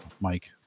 Mike